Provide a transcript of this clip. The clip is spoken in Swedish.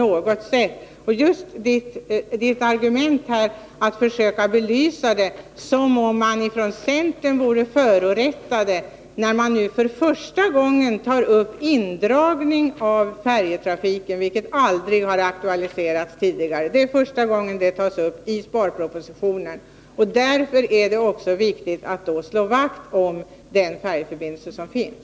Men Gunnar Björk argumenterar som om man inom centerpartiet vore förorättad när nu för första gången frågan om en indragning av färjetrafiken tas upp — denna fråga har aldrig aktualiserats tidigare. Saken tas upp för första gången i sparpropositionen. Därför är det viktigt att slå vakt om den färjeförbindelse som finns.